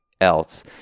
else